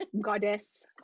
goddess